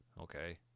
Okay